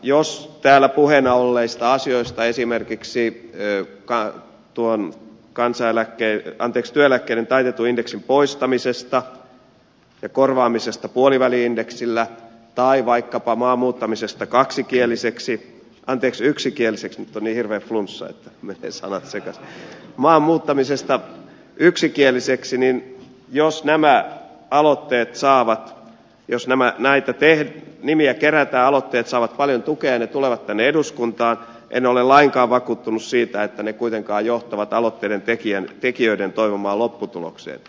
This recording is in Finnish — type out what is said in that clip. jos täällä puheena olleista asioista esimerkiksi työeläkkeiden taitetun indeksin poistamisesta ja korvaamisesta puoliväli indeksillä tai vaikkapa maan muuttamisesta kaksikieliseksi anteeksi yksikieliseksi nyt on niin hirveä flunssa että menee sanat sekaisin nimiä kerätään ja nämä aloitteet saavat paljon tukea ja ne tulevat tänne eduskuntaan en ole lainkaan vakuuttunut siitä että ne kuitenkaan johtavat aloitteiden tekijöiden toivomaan lopputulokseen